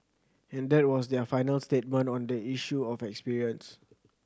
and that was their final statement on the issue of experience